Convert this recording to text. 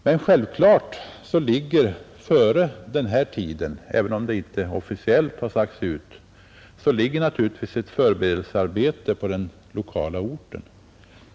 Men självklart ligger före denna tid, även om det inte officiellt har sagts ut, ett förberedelsearbete på själva orten.